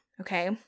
okay